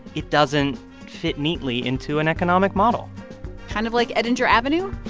it doesn't fit neatly into an economic model kind of like edinger avenue?